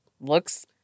looks